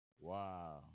Wow